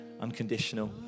unconditional